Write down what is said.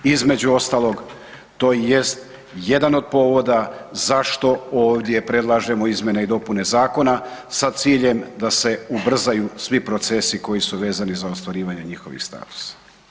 Između ostalog to i jest jedan od povoda zašto ovdje predlažemo izmjene i dopune zakona sa ciljem da se ubrzaju svi procesi koji su vezani za ostvarivanje njihovih statusa.